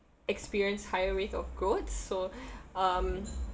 experience higher rate of growth so um